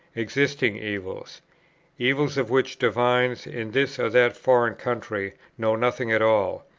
existing evils evils, of which divines in this or that foreign country know nothing at all,